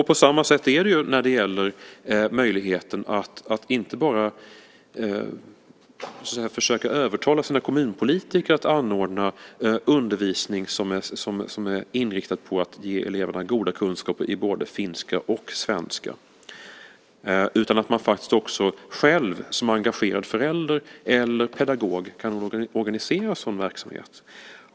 På samma sätt är det när det gäller möjligheten att inte bara försöka övertala sina kommunpolitiker att anordna undervisning som är inriktad på att ge eleverna goda kunskaper i både finska och svenska utan också att man faktiskt själv som engagerad förälder eller pedagog ska kunna organisera sådan verksamhet.